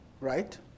right